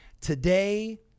today